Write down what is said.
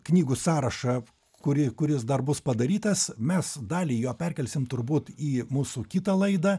knygų sąrašą kurį kuris dar bus padarytas mes dalį jo perkelsim turbūt į mūsų kitą laidą